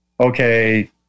Okay